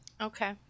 Okay